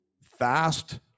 fast